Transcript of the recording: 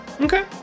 okay